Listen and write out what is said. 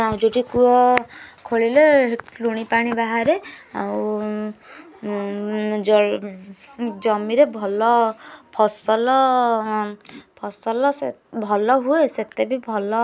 ଆଉ ଯେଉଁଠି କୂଅ ଖୋଳିଲେ ହେଠି ଲୁଣି ପାଣି ବାହାରେ ଆଉ ଜ ଜମିରେ ଭଲ ଫସଲ ଫସଲ ସେ ଭଲ ହୁଏ ସେତେବି ଭଲ